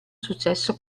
successo